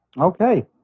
Okay